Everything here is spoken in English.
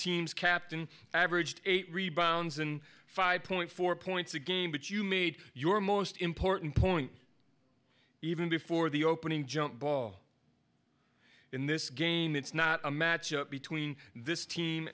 team's captain averaged eight rebounds in five point four points a game but you made your most important point even before the opening jump ball in this game it's not a matchup between this team